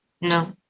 No